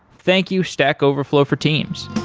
thank you stack overflow for teams